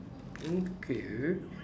okay